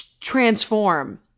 transform